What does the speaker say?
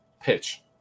pitch